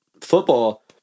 football